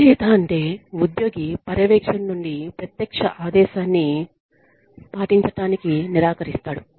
అవిధేయత అంటే ఉద్యోగి పర్యవేక్షకుడి నుండి ప్రత్యక్ష ఆదేశాన్ని పాటించటానికి నిరాకరిస్తాడు